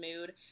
mood